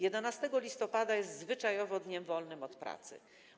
11 listopada jest zwyczajowo dniem wolnym od pracy.